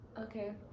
okay